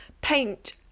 paint